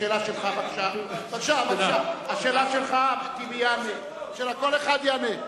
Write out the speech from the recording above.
השאלה שלך, בבקשה, טיבי יענה, שכל אחד יענה.